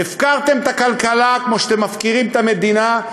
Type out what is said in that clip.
הפקרתם את הכלכלה כמו שאתם מפקירים את המדינה.